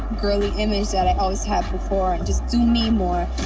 girly image that i always had before and just do me more.